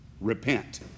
Repent